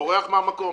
בורח מהמקום.